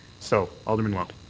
so, alderman lowe.